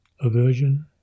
aversion